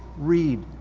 read.